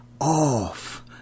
off